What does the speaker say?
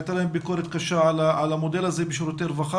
הייתה להם ביקורת קשה על המודל הזה בשירותי רווחה